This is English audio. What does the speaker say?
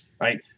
right